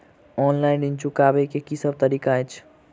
Online ऋण चुकाबै केँ की सब तरीका अछि?